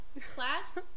Class